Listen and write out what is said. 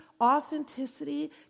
authenticity